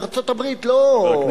ארצות-הברית לא,